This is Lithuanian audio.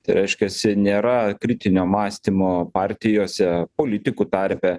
tai reiškiasi nėra kritinio mąstymo partijose politikų tarpe